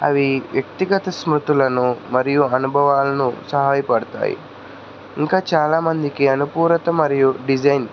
అవి వ్యక్తిగత స్మృతులను మరియు అనుభవాలను సాయపడతాయి ఇంకా చాలామందికి అనుకూలత మరియు డిజైన్